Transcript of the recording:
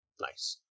Nice